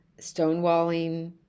stonewalling